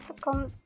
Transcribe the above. come